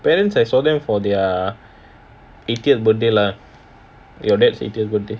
parents I saw them for their eightieth birthday lah your dad's eightieth birthday